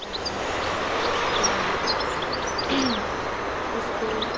अन्त उसको